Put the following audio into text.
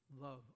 Love